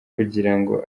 kugirango